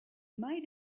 might